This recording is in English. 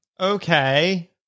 Okay